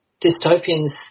dystopians